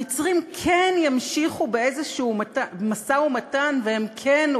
המצרים כן ימשיכו באיזשהו משא-ומתן והם כן,